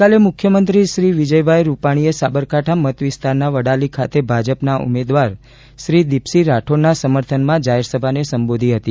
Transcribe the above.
ગઇકાલે મુખ્યમંત્રી શ્રી વિજયભાઈ રૂપાણી એ સાબરકાંઠા મત વિસ્તારના વડાલી ખાતે ભાજપના ઉમેદવાર શ્રી દિપસીંહ રાઠોડના સમંથનમાં જાહેરસભાને સંબોધી હતી